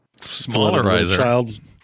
smallerizer